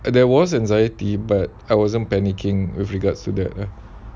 there was anxiety but I wasn't panicking with regards to that ah